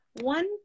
One